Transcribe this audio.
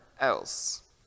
else